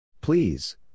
Please